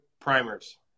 primers